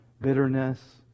bitterness